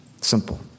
Simple